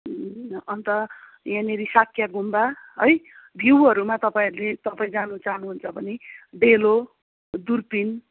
अन्त यहाँनेरि साक्या गुम्बा है भ्यूहरूमा तपाईँहरूले तपाईँ जान चाहनुहुन्छ भने डेलो दुर्बिन